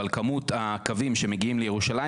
אבל כמות הקווים שמגיעים לירושלים,